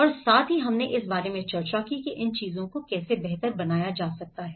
और साथ ही हमने इस बारे में चर्चा की कि इन चीजों को कैसे बेहतर बनाया जा सकता है